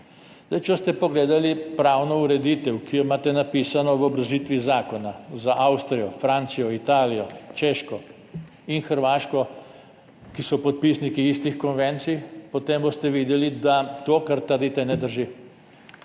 Če boste pogledali pravno ureditev, ki je napisana v obrazložitvi zakona za Avstrijo, Francijo, Italijo, Češko in Hrvaško, ki so podpisnice istih konvencij, potem boste videli, da to, kar trdite, ne drži.